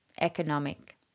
economic